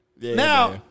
Now